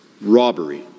robbery